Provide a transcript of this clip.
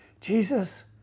Jesus